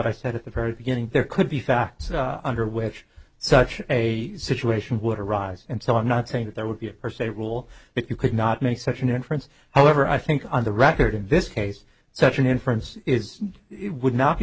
i said at the very beginning there could be facts under which such a situation would arise and so i'm not saying that there would be a per se rule that you could not make such an inference however i think on the record in this case such an inference is would not be